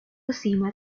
cima